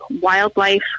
Wildlife